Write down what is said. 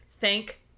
Thank